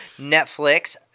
Netflix